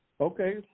Okay